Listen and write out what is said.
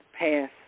pass